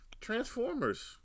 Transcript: Transformers